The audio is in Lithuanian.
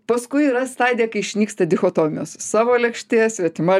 paskui yra stadija kai išnyksta dichotomijos savo lėkštė svetima